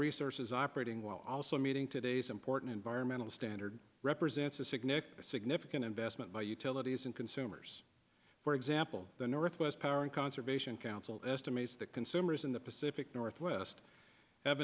resources operating while also meeting today's important environmental standard represents a significant significant investment by utilities and consumers for example the northwest power and conservation council estimates that consumers in the pacific northwest have